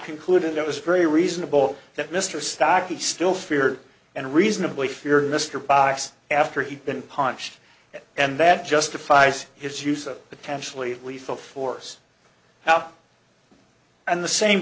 concluded it was very reasonable that mr stocky still feared and reasonably feared mr box after he'd been punched and that justifies his use of potentially lethal force how and the same